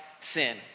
sin